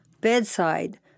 bedside